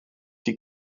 die